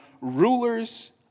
Rulers